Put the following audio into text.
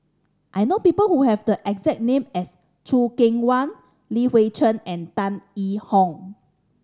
I know people who have the exact name as Choo Keng Kwang Li Hui Cheng and Tan Yee Hong